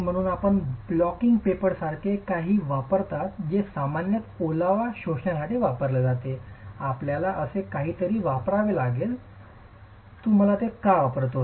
म्हणून आपण blotting paper सारखे काहीतरी वापरता जे सामान्यत ओलावा शोषण्यासाठी वापरले जाते आपल्याला असे काहीतरी वापरावे लागेल तू मला ते का वापरतोस